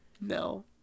No